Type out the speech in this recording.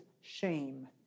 shame